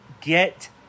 get